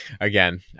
again